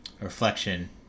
reflection